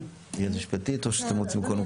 היועצת המשפטית או שאתם רוצים קודם כל?